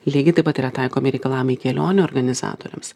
lygiai taip pat yra taikomi reikalavimai kelionių organizatoriams